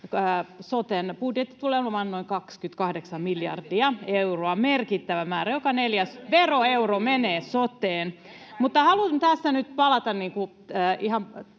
soten budjetti tulee olemaan noin 28 miljardia euroa, merkittävä määrä. [Annika Saarikon välihuuto] Joka neljäs veroeuro menee soteen. Mutta haluan tässä nyt palata ihan